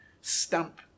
stamp